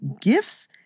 gifts